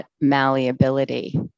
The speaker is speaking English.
malleability